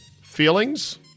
feelings